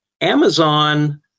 Amazon